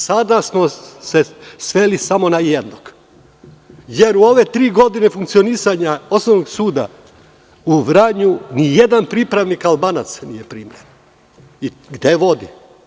Sada smo se sveli samo na jednog, jer u ove tri godine funkcionisanja Osnovnog suda u Vranju ni jedan pripravnik Albanac nije primljen, i gde to vodi?